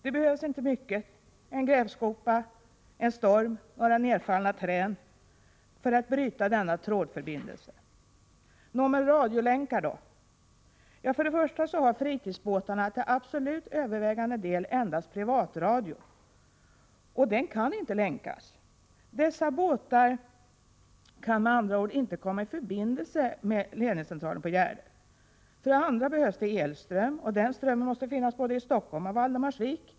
Det behövs inte mycket — en grävskopa, en storm, några nerfallna trän — för att bryta denna förbindelse. Nå, men radiolänkar då? För det första har fritidsbåtarna till absolut övervägande del endast privatradio, och den kan inte länkas. Dessa båtar kan med andra ord inte komma i förbindelse med en ledningscentral på Gärdet. För det andra behövs det elström, och den strömmen måste finnas både i Stockholm och i Valdemarsvik.